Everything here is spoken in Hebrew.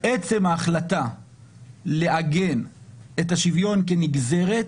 - עצם ההחלטה לעגן את השוויון כנגזרת,